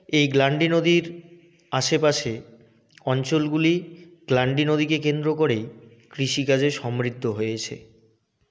এই গ্লান্ডি নদীর আশেপাশে অঞ্চলগুলি গ্লান্ডি নদীকে কেন্দ্র করেই কৃষিকাজে সমৃদ্ধ হয়েছে